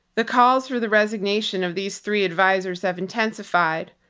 the calls for the resignation of these three advisers have intensified.